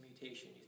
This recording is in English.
mutation